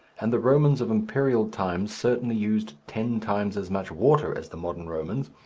and the romans of imperial times certainly used ten times as much water as the modern romans.